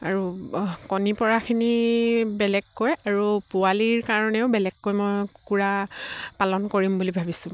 আৰু কণী পৰাখিনি বেলেগকৈ আৰু পোৱালীৰ কাৰণেও বেলেগকৈ মই কুকুৰা পালন কৰিম বুলি ভাবিছোঁ